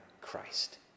Christ